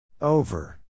Over